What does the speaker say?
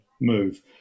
move